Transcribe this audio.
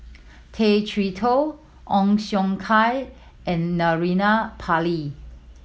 Tay Chee Toh Ong Siong Kai and Naraina Pillai